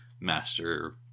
master